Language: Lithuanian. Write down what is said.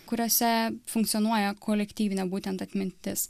kuriose funkcionuoja kolektyvinė būtent atmintis